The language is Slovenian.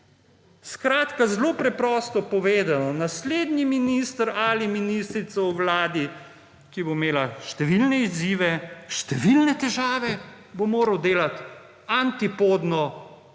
Skratka zelo preprosto povedano, naslednji minister ali ministrico v vladi, ki bo imela številne izzive, številne težave, bo moral delati antipodno,